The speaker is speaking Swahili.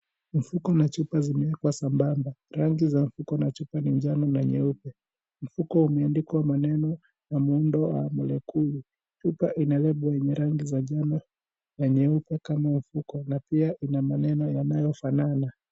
Mfuko na chupa zimewekwa sambamba, rangi za mfuko na chupa ni njano na nyeupe, mfuko umeandikwa maneno ya muundo wa mlekulu, chupa ina lebo za rangi ya njano, na nyeupe kama mfuko, na pia ina maneno yanayo fanana.